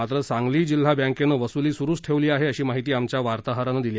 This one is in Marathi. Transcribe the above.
मात्र सांगली जिल्हा बँकेनं वसुली सुरूच ठेवली आहे अशी माहिती आमच्या वार्ताहरानं दिली